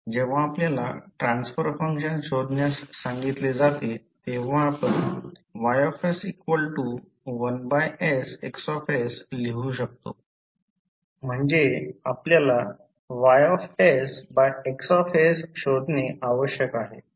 जेव्हा आपल्याला transfer function शोधण्यास सांगितले जाते तेव्हा आपण Ys1sXs लिहू शकतो म्हणजे आपल्याला YX शोधणे आवश्यक आहे